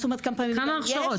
כמה הכשרות?